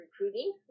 recruiting